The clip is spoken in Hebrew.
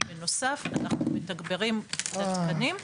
בנוסף אנחנו מתגברים את התקנים.